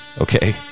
okay